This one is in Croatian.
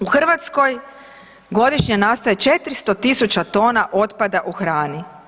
U Hrvatskoj godišnje nastaje 400.000 tona otpada u hrani.